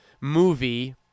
movie